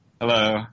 Hello